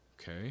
okay